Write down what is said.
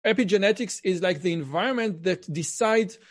happy genetics is like the environment that decides